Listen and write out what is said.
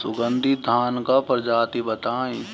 सुगन्धित धान क प्रजाति बताई?